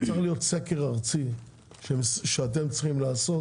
זה צריך להיות סקר ארצי שאתם צריכים לעשות